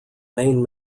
main